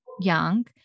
young